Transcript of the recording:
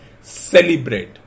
celebrate